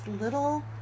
little